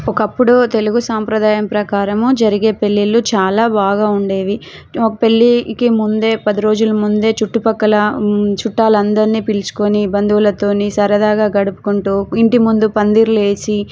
ఒకప్పుడు తెలుగు సాంప్రదాయం ప్రకారము జరిగే పెళ్ళిళ్ళు చాలా బాగా ఉండేవి నాకు పెళ్ళికి ముందే పది రోజులు ముందే చుట్టుపక్కల చుట్టాలందరిని పిలుచుకొని బందువులతో సరదాగా గడుపుకుంటూ ఇంటి ముందు పందిరిలేసి